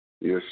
Yes